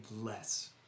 less